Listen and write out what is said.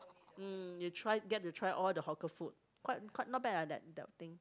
mm you try get to try all the hawker food quite quite not bad lah that that thing